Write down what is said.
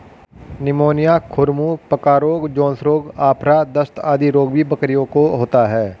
pneumonia, खुर मुँह पका रोग, जोन्स रोग, आफरा, दस्त आदि रोग भी बकरियों को होता है